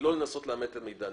היא לא לנסות לאמת את המידע.